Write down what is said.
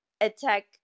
attack